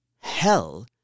Hell